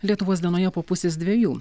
lietuvos dienoje po pusės dviejų